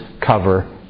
cover